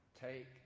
Take